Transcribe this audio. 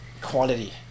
quality